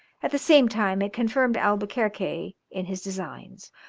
at the same time it confirmed albuquerque in his designs,